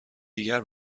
دیگر